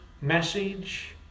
message